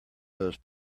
those